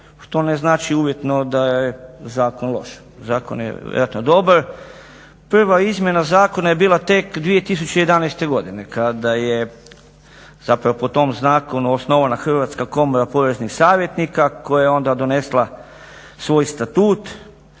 što ne znači uvjetno da je zakon loš. Zakon je … dobar. Prva izmjena zakona je bila tek 2011. godine kada je zapravo po tom zakonu osnovana Hrvatska komora poreznih savjetnika koja je onda donesla svoj statut,